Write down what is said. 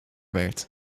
werd